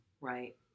right